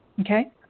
Okay